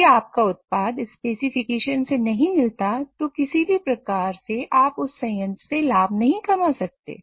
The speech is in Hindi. यदि आप का उत्पाद स्पेसिफिकेशन से नहीं मिलता तो किसी भी प्रकार से आप उस संयंत्र से लाभ नहीं कमा सकते